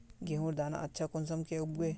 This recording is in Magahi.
गेहूँर दाना अच्छा कुंसम के उगबे?